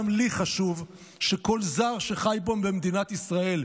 גם לי חשוב שכל זר שחי פה במדינת ישראל,